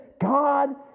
God